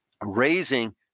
raising